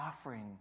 offering